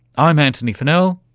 i'm antony funnell,